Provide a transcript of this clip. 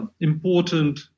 important